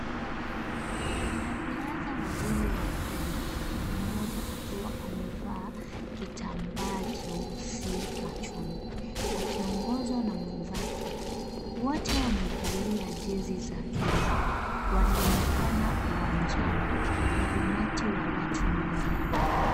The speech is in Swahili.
Wanariadha wawili wa Kenya mmoja akiwa amevaa kitambaa cheusi machoni akiongozwa na mwenzake, wote wamevalia jersey za Kenya, wanaonekana uwanjani na umati wa watu nyuma yao.